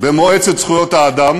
במועצת זכויות האדם,